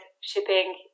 shipping